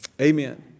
Amen